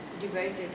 divided